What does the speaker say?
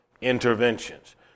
interventions